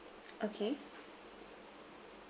okay